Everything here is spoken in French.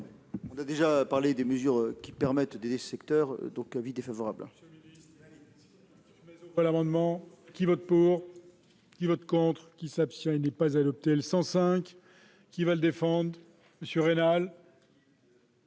avons déjà parlé des mesures qui permettent d'aider ce secteur. Avis défavorable.